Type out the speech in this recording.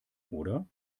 oder